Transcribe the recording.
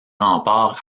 remparts